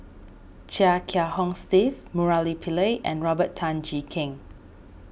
Chia Kiah Hong Steve Murali Pillai and Robert Tan Jee Keng